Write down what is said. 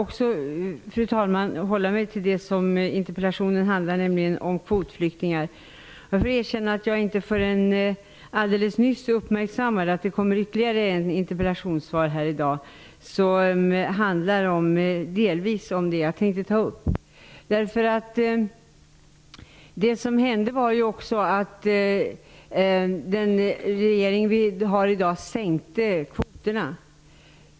Jag skall hålla mig till det som interpellationen handlar om, nämligen kvotflyktingar. Jag får erkänna att jag inte förrän alldeles nyss uppmärksammade att det ges ytterligare ett interpellationssvar här i dag som delvis handlar om det jag tänkte ta upp. Den regering vi har i dag minskade kvoterna.